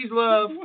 love